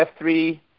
F3